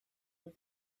were